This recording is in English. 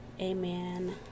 amen